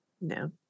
No